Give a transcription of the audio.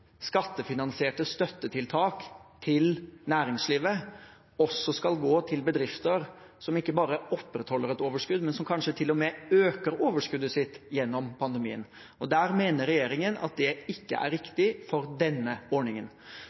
skattefinansierte støttetiltak til næringslivet også skal gå til bedrifter som ikke bare opprettholder et overskudd, men som kanskje til og med øker overskuddet sitt gjennom pandemien. Regjeringen mener at det ikke er riktig for denne ordningen.